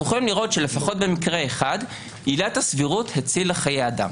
אנחנו יכולים לראות שלפחות במקרה אחד עילת הסבירות הצילה חיי אדם.